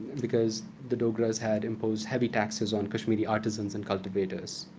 because the dogras had imposed heavy taxes on kashmiri artisans and cultivators.